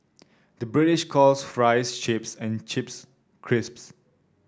the British calls fries chips and chips crisps